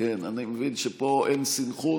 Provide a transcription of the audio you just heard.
אני מבין שאין פה סנכרון.